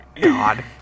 God